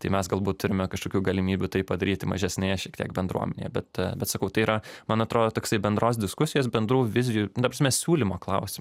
tai mes galbūt turime kažkokių galimybių tai padaryti mažesnėje šiek tiek bendruomenėje bet bet sakau tai yra man atrodo toksai bendros diskusijos bendrų vizijų ta prasme siūlymo klausi